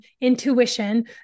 intuition